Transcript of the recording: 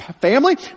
family